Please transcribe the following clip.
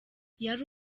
yari